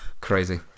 Crazy